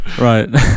Right